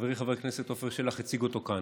שחברי חבר הכנסת עפר שלח הציג אותו כאן.